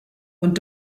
und